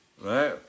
right